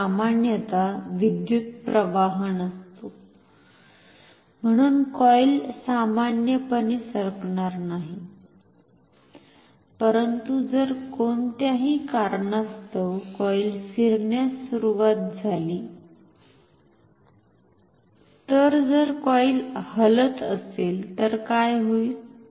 तर सामान्यत विद्युत् प्रवाह नसतो म्हणून कॉईल सामान्यपणे सरकणार नाही परंतु जर कोणत्याही कारणास्तव कॉईल फिरण्यास सुरवात झाली तर जर कॉइल हलत असेल तर काय होईल